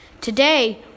Today